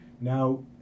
Now